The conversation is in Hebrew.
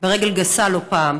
ברגל גסה, לא פעם.